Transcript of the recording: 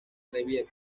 review